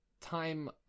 time